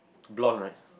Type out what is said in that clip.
blonde right